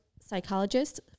psychologist